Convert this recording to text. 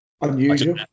unusual